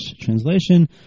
translation